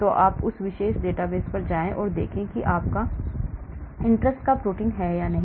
तो आप उस विशेष डेटाबेस पर जाएं और देखें कि आपकी interest का प्रोटीन है या नहीं